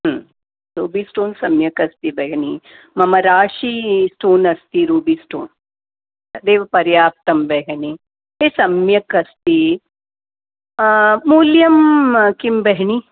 ruby stone सम्यक् अस्ति बेहिनी मम राशि स्टोन् अस्ति रूबि स्टोन् तदेव पर्याप्तं बेहिनी ए सम्यक् अस्ति मूल्यं किं बेहिनी